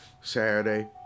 Saturday